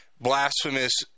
blasphemous